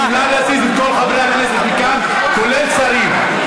נא להזיז את כל חברי הכנסת, כולל שרים.